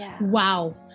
Wow